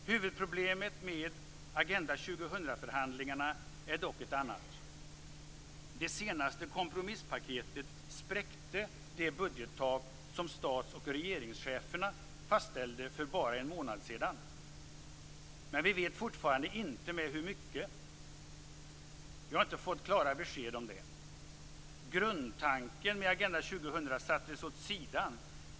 Huvudproblemet med Agenda 2000 förhandlingarna är dock ett annat. Det senaste kompromisspaketet spräckte det budgettak som stats och regeringscheferna fastställde för bara en månad sedan, men vi vet fortfarande inte med hur mycket. Vi har inte fått klara besked om det. Grundtanken med Agenda 2000 sattes åt sidan.